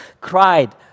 cried